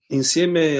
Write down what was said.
insieme